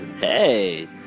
Hey